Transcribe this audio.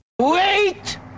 Wait